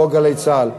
חוק גלי צה"ל.